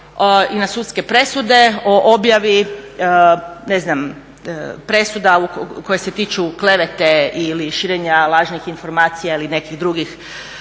i na sudske presude o objavi presuda koje se tiču klevete ili širenja lažnih informacija ili nekih drugih